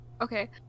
okay